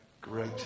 Great